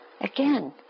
again